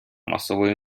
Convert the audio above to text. масової